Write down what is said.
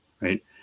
right